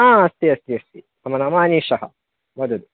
हा अस्ति अस्ति अस्ति मम नाम अनीशः वदतु